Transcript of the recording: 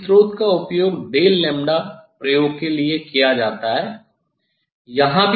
अब इस स्रोत का उपयोग डेल्टा लैम्ब्डा प्रयोग के लिए किया जाता है